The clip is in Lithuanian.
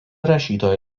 rašytojo